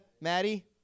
Maddie